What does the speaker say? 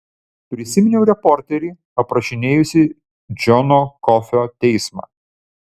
prisiminiau reporterį aprašinėjusį džono kofio teismą